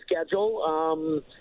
schedule